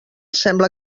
sembla